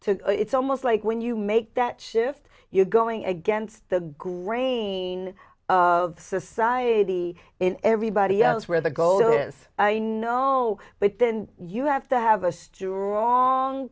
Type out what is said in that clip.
to it's almost like when you make that shift you're going against the grain of society in everybody else where the goal is i know but then you have to have a strong